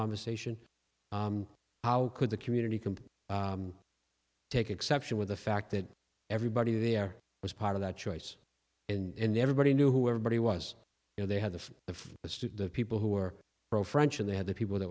conversation how could the community can take exception with the fact that everybody there was part of that choice and everybody knew whoever body was you know they had the of the people who are pro french and they had the people th